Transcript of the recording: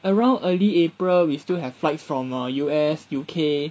around early april we still have flights from err U_S U_K